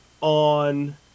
on